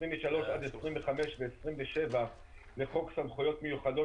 23 עד 25 ו-27 לחוק סמכויות מיוחדות